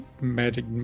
magic